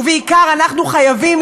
ובעיקר אנחנו חייבים,